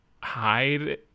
hide